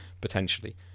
potentially